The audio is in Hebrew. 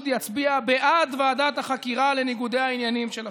יצביע בעד ועדת החקירה לניגודי העניינים של השופטים".